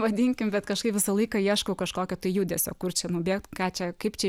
vadinkim bet kažkaip visą laiką ieškau kažkokio tai judesio kur čia nubėgt ką čia kaip čia